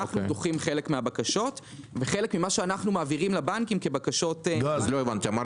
אנחנו דוחים חלק מהבקשות וחלק ממה שאנו מעבירים לבנקים כבקשות - 60%